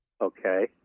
Okay